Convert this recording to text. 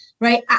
right